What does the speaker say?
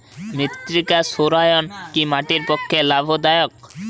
মৃত্তিকা সৌরায়ন কি মাটির পক্ষে লাভদায়ক?